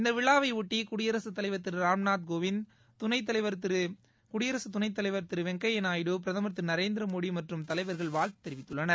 இந்த விழாவையொட்டி குடியரசுத் தலைவர் திரு ராம்நாத் கோவிந்த் துணைத்தலைவர் திரு வெங்கையா நாயுடு பிரதமர் திரு நரேந்திரமோடி மற்றும் தலைவர்கள் பலர் வாழ்த்து தெரிவித்துள்ளனர்